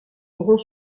auront